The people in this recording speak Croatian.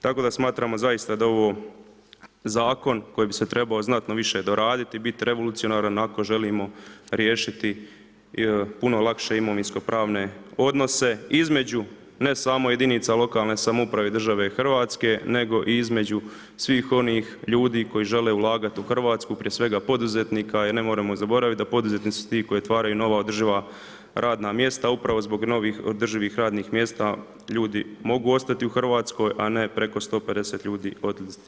Tako da smatramo zaista da je ovo zakon koji bi se trebao znatno više doraditi i biti revolucionaran ako želimo riješiti puno lakše imovinske pravne odnose između ne samo jedinice lokalne samouprave države Hrvatske, nego i između svih onih ljudi koji žele ulagati u Hrvatsku, prije svega poduzetnika, jer nemojmo zaboraviti, da poduzetnici su ti, koji otvaraju nova održiva radna mjesta, upravo zbog novih održivih radnih mjesta ljudi mogu ostati u Hrvatskoj, a ne preko 150 ljudi odvesti iz Hrvatske.